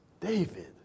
David